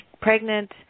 pregnant